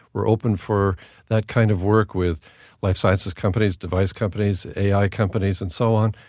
we're open for that kind of work with life sciences companies, device companies, ai companies, and so on,